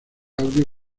audio